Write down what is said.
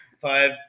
five